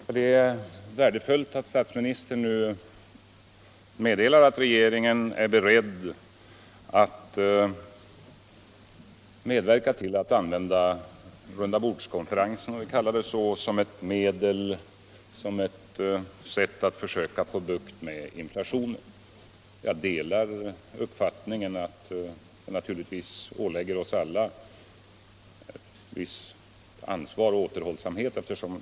Fru talman! Det är värdefullt att statsministern nu meddelar att regeringen är beredd att medverka till användandet av rundabordskonferensen som ett sätt att försöka få bukt med inflationen. Jag delar uppfattningen att det naturligtvis ålägger oss alla ett visst ansvar och återhållsamhet.